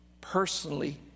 personally